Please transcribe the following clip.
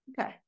okay